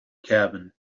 cabin